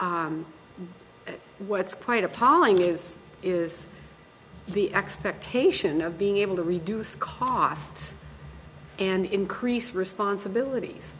what's quite appalling is is the expectation of being able to reduce costs and increase responsibilities